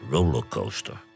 Rollercoaster